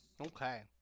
Okay